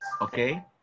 Okay